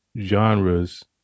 genres